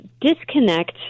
disconnect